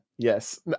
Yes